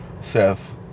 Seth